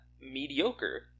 mediocre